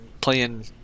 playing